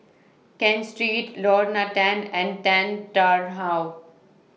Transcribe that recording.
Ken Street Lorna Tan and Tan Tarn How